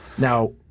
Now